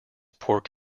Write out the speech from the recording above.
pork